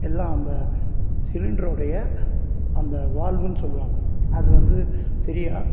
எல்லாம் அந்த சிலிண்டர் உடைய அந்த வால்வுன்னு சொல்லுவாங்க அது வந்து சரியா